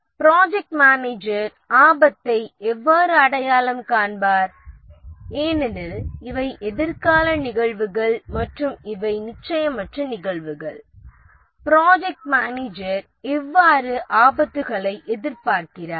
project manager ஆபத்தை எவ்வாறு அடையாளம் காண்பார் ஏனெனில் இவை எதிர்கால நிகழ்வுகள் மற்றும் இவை நிச்சயமற்ற நிகழ்வுகள் ப்ராஜெக்ட் மேனேஜர் எவ்வாறு ஆபத்துக்களை எதிர்பார்க்கிறார்